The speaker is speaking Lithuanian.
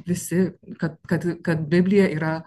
visi kad kad kad biblija yra